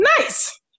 nice